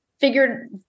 figured